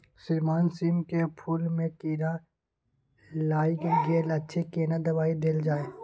श्रीमान सीम के फूल में कीरा लाईग गेल अछि केना दवाई देल जाय?